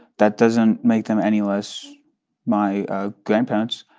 that doesn't make them any less my ah grandparents.